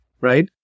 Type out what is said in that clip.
right